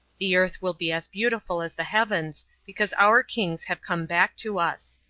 the earth will be as beautiful as the heavens, because our kings have come back to us.